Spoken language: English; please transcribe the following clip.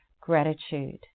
gratitude